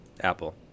Apple